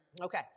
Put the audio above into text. Okay